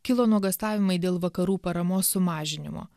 kilo nuogąstavimai dėl vakarų paramos sumažinimo